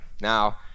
Now